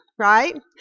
right